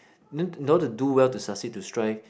in order in order to do well to succeed to strive